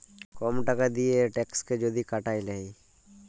কম টাকা দিঁয়ে ট্যাক্সকে যদি কাটায় লেই